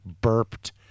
burped